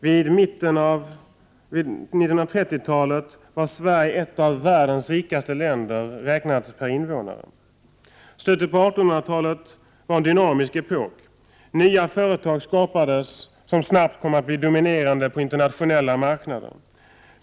Vid början av 1930-talet var Sverige ett av världens rikaste länder, räknat per invånare. Slutet av 1800-talet var en dynamisk epok. Nya företag skapades som snabbt kom att bli dominerande på den internationella marknaden.